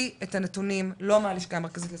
את הנתונים לא מהלשכה המרכזית לסטטיסטיקה,